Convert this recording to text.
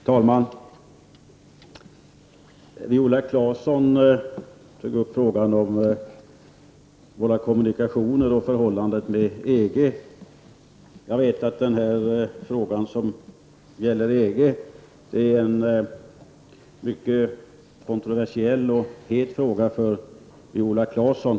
Herr talman! Viola Claesson tog upp frågan om våra kommunikationer och vårt förhållande till EG. Jag vet att frågan om EG är mycket kontroversiell och het för Viola Claesson.